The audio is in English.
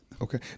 Okay